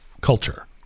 culture